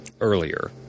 earlier